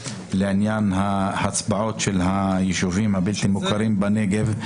ההצבעות של היישובים הבלתי מוכרים בנגב,